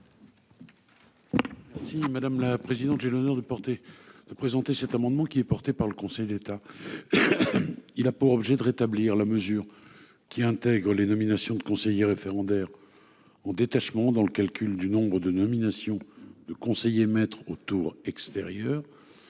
Si madame la présidente, j'ai l'honneur de porter de présenter cet amendement qui est porté par le Conseil d'État. Il a pour objet de rétablir la mesure qui intègre les nominations de conseiller référendaire en détachement dans le calcul du nombre de nominations de conseiller mettre au tour extérieur.